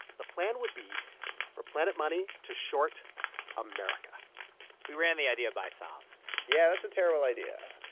the plan would be for planet money to short america we ran the idea by sahm yeah, that's a terrible idea.